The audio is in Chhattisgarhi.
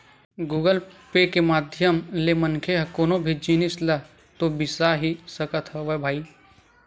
गुगल पे के माधियम ले मनखे ह कोनो भी जिनिस ल तो बिसा ही सकत हवय भई